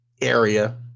area